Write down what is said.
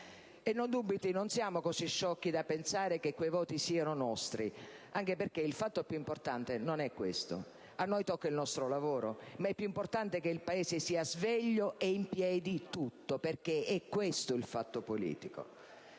Non dubiti, non siamo così sciocchi da pensare che quei voti siano nostri, anche perché il fatto più importante non è questo: a noi tocca il nostro lavoro, ma è più importante che il Paese sia sveglio e tutto in piedi, perché è questo il fatto politico.